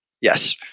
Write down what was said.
Yes